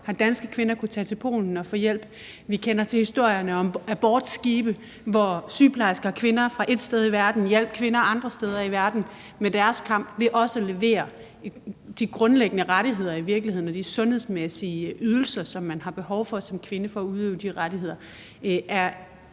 har danske kvinder kunnet tage til Polen og få hjælp, og vi kender til historierne om abortskibe, hvor sygeplejersker og kvinder fra ét sted i verden hjalp kvinder andre steder i verden med deres kamp ved i virkeligheden også at levere de grundlæggende rettigheder og de sundhedsmæssige ydelser, som man har behov for som kvinde for at udøve de rettigheder.